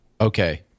okay